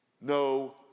no